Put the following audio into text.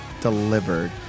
delivered